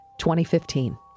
2015